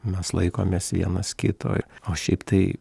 mes laikomės vienas kito o šiaip tai